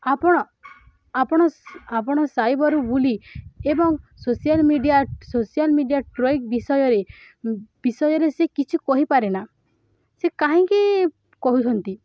ଆପଣ ଆପଣ ଆପଣ ସାଇବର ବୁଲେଇଂ ଏବଂ social media social media trolling ବିଷୟରେ ବିଷୟରେ ସେ କିଛି କହିପାରେନା ସେ କାହିଁକି କହୁଛନ୍ତି